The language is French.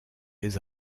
les